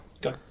go